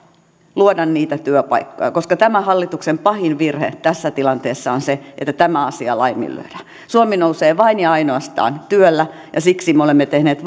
luoda niitä työpaikkoja koska tämän hallituksen pahin virhe tässä tilanteessa on se että tämä asia laiminlyödään suomi nousee vain ja ainoastaan työllä ja siksi me olemme tehneet